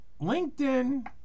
linkedin